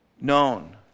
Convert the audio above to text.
known